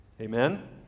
Amen